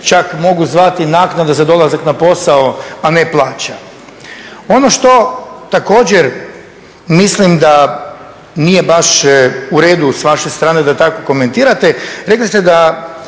čak mogu zvati naknada za dolazak na posao, a ne plaća? Ono što također mislim da nije baš u redu s vaše strane da tako komentirate rekli ste da